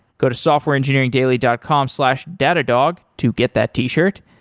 go to softwareengineeringdaily dot com slash datadog to get that t-shirt.